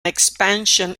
expansion